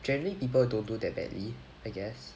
generally people don't do that badly I guess